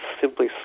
simply